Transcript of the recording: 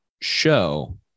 show